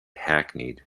hackneyed